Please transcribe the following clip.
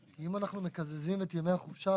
מכסת ימי חופשה